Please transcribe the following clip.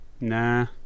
Nah